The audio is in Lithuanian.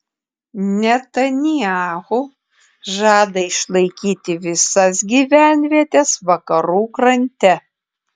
netanyahu žada išlaikyti visas gyvenvietes vakarų krante